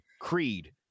Creed